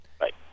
Right